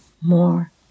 more